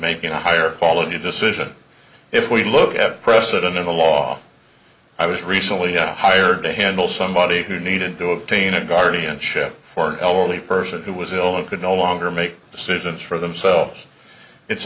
making a higher quality decision if we look at precedent in the law i was recently hired to handle somebody who needed to obtain a guardianship for an elderly person who was ill and could no longer make decisions for themselves it's